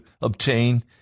obtain